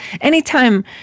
anytime